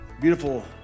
beautiful